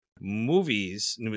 movies